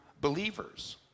believers